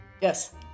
Yes